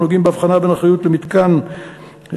הנוגעים באבחנה בין אחריות למתקן לאחריות